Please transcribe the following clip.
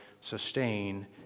sustain